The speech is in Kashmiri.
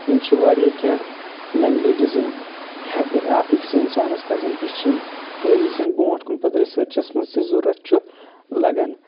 یِم چھِ واریاہ کینٛہہ لیٚنٛگویجس یِم ہٮ۪ہ أکِس انسانس پزن ہیٚچھِنۍ تہٕ یُس زن برٛونٛٹھ کُن پتہٕ رسٲرچس منٛز تہِ ضروٗرت چھُ لگان